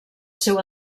seu